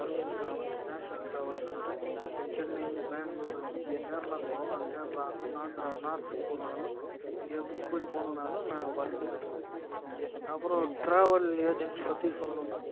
Varun travels national ட்ராவல்ஸ்ன்ட்டு சென்னை பேங்ளூர் கேரளாக்கு போகணுன்னா கேரளா ஆந்திரா நார்த்துக்கு போகணுன்னாலும் எப்படி போகணுன்னாலும் நா வசதிகள் இருக்குது அப்புறம் ட்ராவல் ஏஜென்சி பற்றி சொல்லணுன்னா